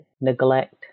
neglect